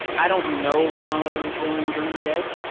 i don't know what my mother was doing during the day.